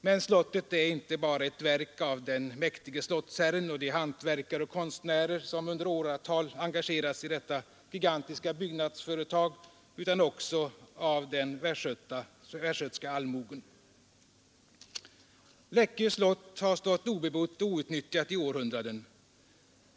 Men slottet är inte bara ett verk av den mäktige slottsherren och de hantverkare och konstnärer som under åratal engagerats i detta gigantiska byggnadsföretag utan också av den västgötska allmogen. Läckö slott har stått obebott och outnyttjat i århundraden.